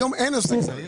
היום אין עוסק זעיר.